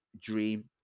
Dream